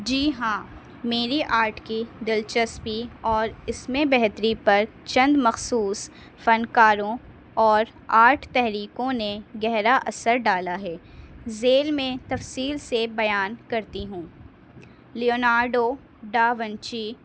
جی ہاں میری آرٹ کی دلچسپی اور اس میں بہتری پر چند مخصوص فنکاروں اور آرٹ تحریکوں نے گہرا اثر ڈالا ہے ذیل میں تفصیل سے بیان کرتی ہوں لیوونالڈو ڈاوننچی